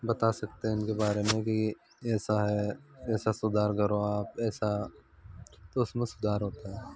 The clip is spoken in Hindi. बता सकते हैं उनके बारे में कि ऐसा है ऐसा सुधार करो आप ऐसा तो उसमें सुधार होता है